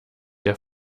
der